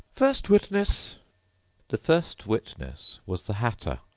first witness the first witness was the hatter.